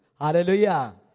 Hallelujah